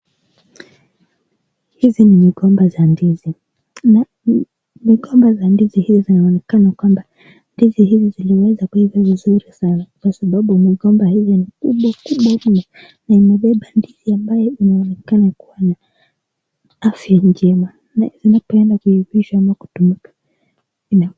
Hizi ni migomba za ndizi, migomba za ndizi hizi zinaonekana kwamba ndizi hizi ziliweza kuivaa vizuri sana, kwa sababu migomba hizi ni kubwa kubwa mno na imebeba ndizi ambayo inaonekana kuwa na afya njema. Inaweza peanwa kuivishwa ama kutumika...